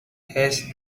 has